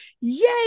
yay